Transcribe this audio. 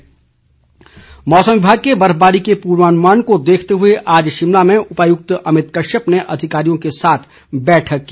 बैठक मौसम विभाग के बर्फबारी के पूर्वानुमान को देखते हुए आज शिमला में उपायुक्त अमित कश्यप ने अधिकारियों के साथ बैठक की